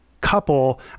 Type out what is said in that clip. couple